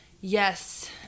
Yes